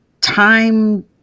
time